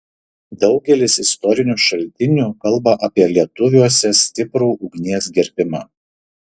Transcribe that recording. daugelis istorinių šaltinių kalba apie lietuviuose stiprų ugnies gerbimą